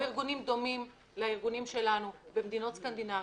כמו ארגונים דומים לארגונים שלנו במדינות סקנדינביה.